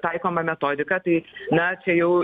taikoma metodika tai na čia jau